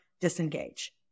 disengage